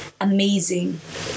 amazing